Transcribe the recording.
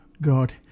God